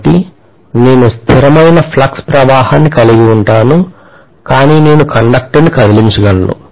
కాబట్టి నేను స్థిరమైన ఫ్లక్స్ ప్రవాహాన్ని కలిగి ఉంటాను కాని నేను ఒక కండక్టర్ను కదిలించగలను